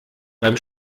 beim